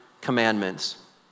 commandments